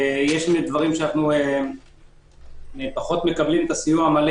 יש דברים שאנו פחות מקבלים את הסיוע המלא